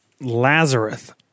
Lazarus